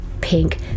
pink